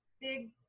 big